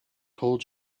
told